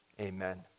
Amen